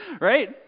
right